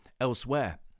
elsewhere